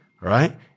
Right